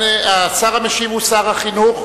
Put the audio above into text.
השר המשיב הוא שר החינוך.